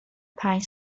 پنج